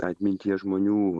atminties žmonių